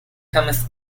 cometh